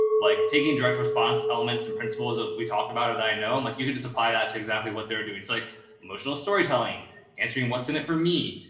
like taking direct response elements and principles that we talked about or that i know. and like, you can just apply that to exactly what they're doing. so like emotional storytelling answering what's in it for me.